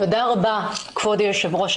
תודה רבה, כבוד היושב-ראש.